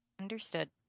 Understood